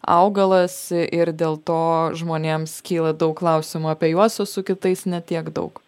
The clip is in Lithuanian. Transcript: augalas ir dėl to žmonėms kyla daug klausimų apie juos o su kitais ne tiek daug